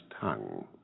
tongue